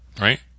Right